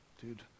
Dude